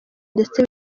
ndetse